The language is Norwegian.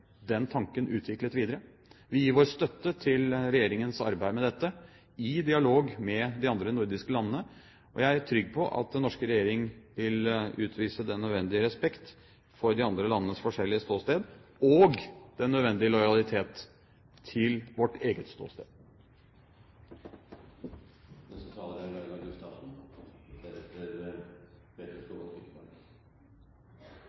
den tanken utviklet videre. Vi gir vår støtte til regjeringens arbeid med dette, i dialog med de andre nordiske landene, og jeg er trygg på at den norske regjering vil utvise den nødvendige respekt for de andre landenes forskjellige ståsted og den nødvendige lojalitet til vårt eget ståsted.